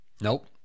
Nope